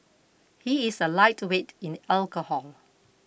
he is a lightweight in alcohol